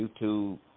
YouTube